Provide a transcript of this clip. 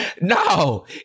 no